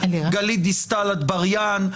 גלית דיסטל אטבריאן,